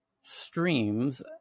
streams